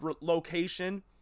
location